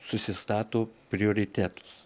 susistato prioritetus